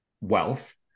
wealth